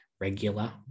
regular